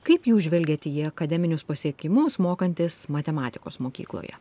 kaip jūs žvelgiat į akademinius pasiekimus mokantis matematikos mokykloje